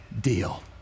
deal